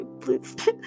Please